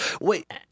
Wait